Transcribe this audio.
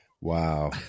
Wow